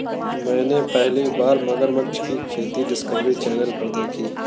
मैंने पहली बार मगरमच्छ की खेती डिस्कवरी चैनल पर देखी